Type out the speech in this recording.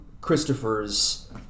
Christopher's